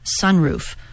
Sunroof